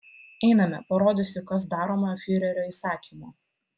einame parodysiu kas daroma fiurerio įsakymu